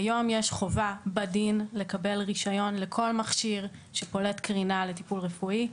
היום יש חובה בדין לקבל רישיון לכל מכשיר שפולט קרינה לטיפול רפואי,